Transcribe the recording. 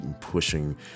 pushing